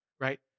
right